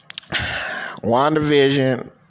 WandaVision